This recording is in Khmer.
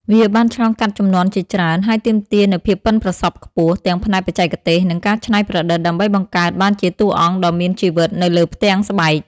វាបានឆ្លងកាត់ជំនាន់ជាច្រើន ហើយទាមទារនូវភាពប៉ិនប្រសប់ខ្ពស់ ទាំងផ្នែកបច្ចេកទេស និងការច្នៃប្រឌិត ដើម្បីបង្កើតបានជាតួអង្គដ៏មានជីវិតនៅលើផ្ទាំងស្បែក។